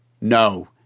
No